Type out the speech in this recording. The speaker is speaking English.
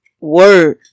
Word